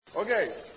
Okay